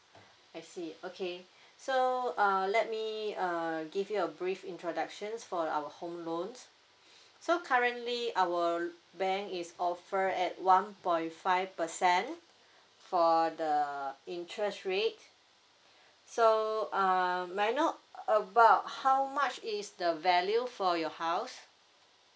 I see okay so err let me err give you a brief introduction for our home loans so currently our bank is offer at one point five percent for the interest rate so um may I know about how much is the value for your house